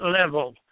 level